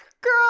Girl